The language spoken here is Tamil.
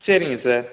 சரிங்க சார்